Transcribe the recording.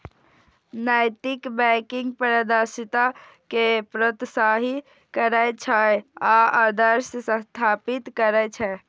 नैतिक बैंकिंग पारदर्शिता कें प्रोत्साहित करै छै आ आदर्श स्थापित करै छै